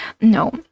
No